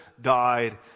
died